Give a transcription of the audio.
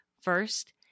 first